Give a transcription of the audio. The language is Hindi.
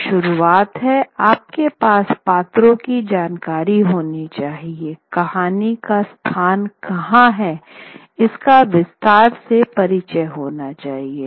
तो शुरुआत में आपके पास पात्रों की जानकारी होनी चाहिए कहानी का स्थान कहाँ है इसका विस्तार से परिचय होना चाहिए